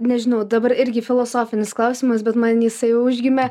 nežinau dabar irgi filosofinis klausimas bet man jisai užgimė